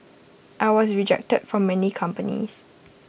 I was rejected from many companies